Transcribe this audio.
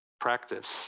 practice